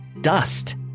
dust